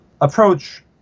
approach